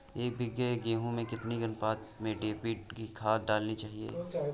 एक बीघे गेहूँ में कितनी अनुपात में डी.ए.पी खाद डालनी चाहिए?